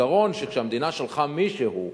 העיקרון שכשהמדינה שלחה מישהו,